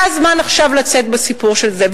עכשיו זה הזמן לצאת בסיפור של זה,